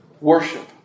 Worship